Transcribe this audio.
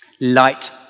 light